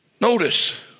Notice